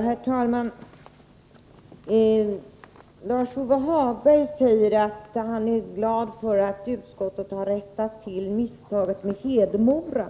Herr talman! Lars-Ove Hagberg säger att han är glad över att utskottet har rättat till misstaget med Hedemora.